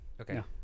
Okay